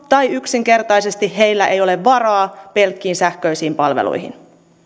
tai joilla yksinkertaisesti ei ole varaa pelkkiin sähköisiin palveluihin